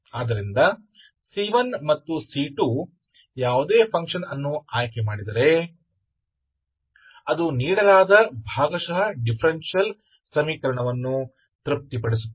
ಆದ್ದರಿಂದ C1ಮತ್ತು C2 ಯಾವುದೇ ಫಂಕ್ಷನ್ ಅನ್ನು ಆಯ್ಕೆ ಮಾಡಿದರೆ ಅದು ನೀಡಲಾದ ಭಾಗಶಃ ಡಿಫರೆನ್ಷಿಯಲ್ ಸಮೀಕರಣವನ್ನು ತೃಪ್ತಿಪಡಿಸುತ್ತದೆ